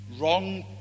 wrong